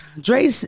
Dre